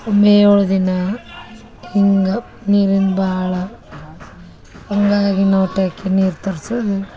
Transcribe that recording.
ಒಮ್ಮೆ ಏಳು ದಿನ ಹಿಂಗೆ ನೀರಿಂದು ಭಾಳ ಹಂಗಾಗಿ ನಾವು ಟ್ಯಾಂಕಿ ನೀರು ತರ್ಸುದು